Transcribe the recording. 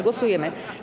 Głosujemy.